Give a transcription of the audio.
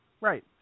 Right